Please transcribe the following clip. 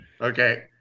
Okay